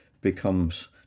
becomes